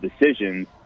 decisions